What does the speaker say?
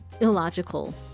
illogical